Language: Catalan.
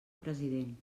president